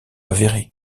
avérée